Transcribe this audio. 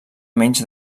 menys